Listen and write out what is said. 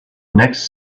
next